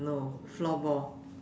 no floorball